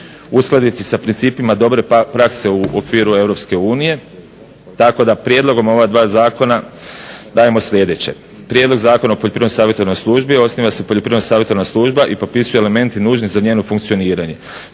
uskladiti sa principima dobre prakse u okviru Europske unije tako da prijedlogom ova dva zakona dajemo sljedeće: Prijedlog zakona o poljoprivredno-savjetodavnoj službi osniva se poljoprivredna savjetodavna služba i popisuju elementi nužni za njezino funkcioniranje: